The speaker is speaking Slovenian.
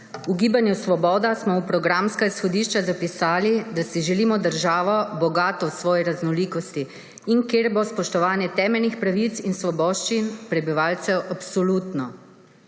V Gibanju Svoboda smo v programska izhodišča zapisali, da si želimo državo, bogato v svoji raznolikosti, in kjer bo spoštovanje temeljnih pravic in svoboščin prebivalcev absolutno.